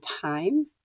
time